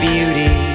Beauty